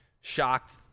shocked